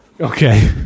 Okay